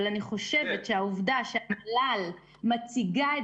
אבל אני חושבת שהעובדה שמל"ל מציגה את